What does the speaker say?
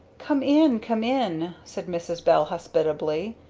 come in! come in! said mrs. bell hospitably.